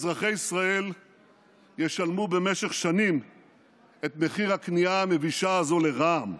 אזרחי ישראל ישלמו במשך שנים את מחיר הכניעה המבישה הזאת לרע"מ.